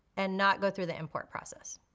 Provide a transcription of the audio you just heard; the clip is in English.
and not go through the import process.